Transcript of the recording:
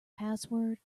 password